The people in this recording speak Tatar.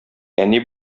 әни